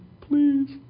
please